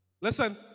Listen